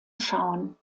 schauen